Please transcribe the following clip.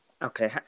Okay